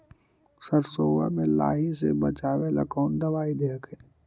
सरसोबा मे लाहि से बाचबे ले कौन दबइया दे हखिन?